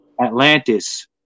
Atlantis